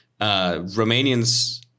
Romanians